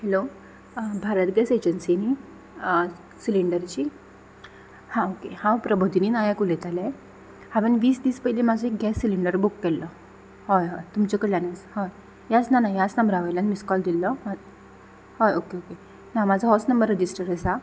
hello Bharat gas agency न्ही आं सिलिंडरची हां ओके हांव प्रभोदिनी नायक उलयतालें हांवें वीस दीस पयली म्हजो एक गॅस सिलिंडर बूक केल्लो हय हय तुमचे कडल्यानूच हय ह्याच ना ना ह्याच नंबरा वयल्यान मिसकॉल दिल्लो हय हय ओके ओके ना म्हजो होच नंबर रजिस्टर आसा